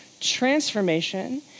Transformation